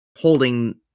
holding